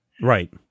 Right